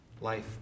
Life